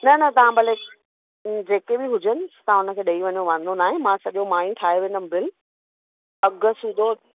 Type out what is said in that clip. न न तव्हां भले जेके बि हुजनि तव्हां हुनखे ॾेई वञो वांदो नाहे मां सॼो मां ई ठाही वेंदमि बिल अघु सूधो